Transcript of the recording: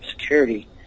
security